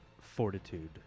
fortitude